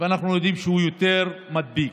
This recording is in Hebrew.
אנחנו יודעים שהוא יותר מידבק,